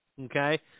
okay